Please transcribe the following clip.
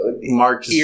Mark